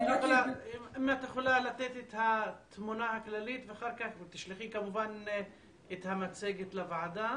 אם את יכולה לתת את התמונה הכללית ואחר כך תשלחי כמובן את המצגת לוועדה?